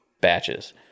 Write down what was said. batches